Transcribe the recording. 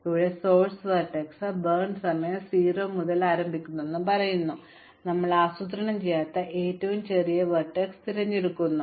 ഇപ്പോൾ ഉറവിട vertex burn സമയം 0 ആയിരിക്കുമെന്ന് ഞങ്ങൾ പറഞ്ഞു ഇപ്പോൾ ഞങ്ങൾ ആസൂത്രണം ചെയ്യാത്ത ഏറ്റവും ചെറിയ വെർട്ടെക്സ് തിരഞ്ഞെടുക്കുന്നു